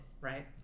right